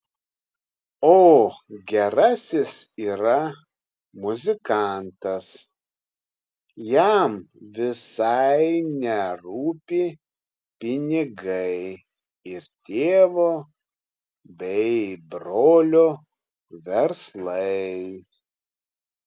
o gerasis yra muzikantas jam visai nerūpi pinigai ir tėvo bei brolio verslai